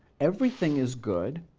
everything is good,